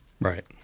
Right